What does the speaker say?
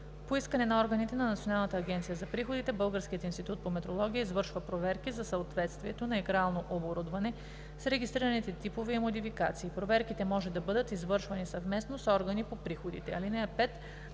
По искане на органите на Националната агенция за приходите Българският институт по метрология извършва проверки за съответствието на игрално оборудване с регистрираните типове и модификации. Проверките може да бъдат извършвани съвместно с органи по приходите.